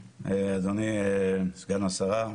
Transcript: אדוני, סגן השרה,